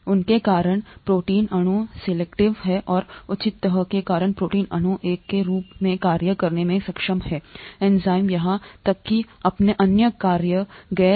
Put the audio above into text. उसके कारण प्रोटीन अणु सिलवटों और उचित तह के कारण प्रोटीन अणु एक के रूप में कार्य करने में सक्षम है एंजाइम या यहां तक कि अपने अन्य कार्यों गैर एंजाइमेटिक कार्यों और इतने पर